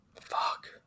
Fuck